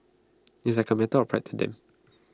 it's like A matter of pride to them